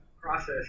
process